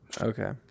okay